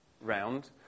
round